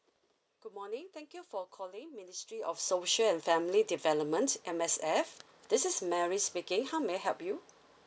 good morning thank you for calling ministry of social and family development M_S_F this is mary speaking how may I help you